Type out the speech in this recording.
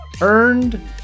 earned